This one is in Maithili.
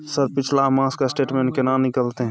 सर पिछला मास के स्टेटमेंट केना निकलते?